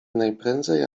najprędzej